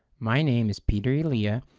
my name is peter iliya,